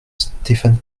stéphane